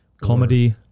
Comedy